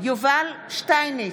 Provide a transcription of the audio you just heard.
יובל שטייניץ,